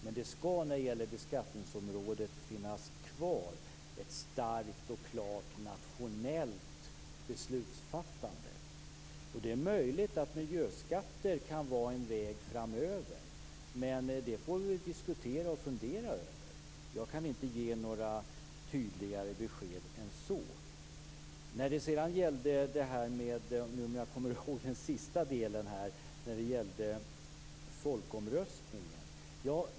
Men på beskattningsområdet skall det finnas kvar ett starkt och klart nationellt beslutsfattande. Det är möjligt att miljöskatter kan vara en väg framöver. Det får vi diskutera och fundera över. Jag kan inte ge några tydligare besked än så. Den sista delen gällde visst folkomröstningen.